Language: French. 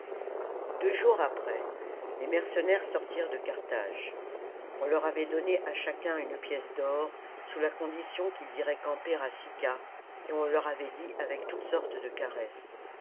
deux jours après les mercenaires sortirent de carthage on leur avait donné à chacun une pièce d'or sous la condition qu'ils iraient camper à sicca et on leur avait dit avec toutes sortes de caresses